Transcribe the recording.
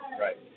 right